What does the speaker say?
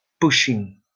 pushing